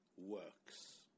works